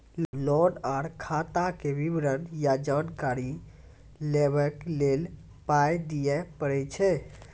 Loan आर खाताक विवरण या जानकारी लेबाक लेल पाय दिये पड़ै छै?